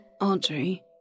Audrey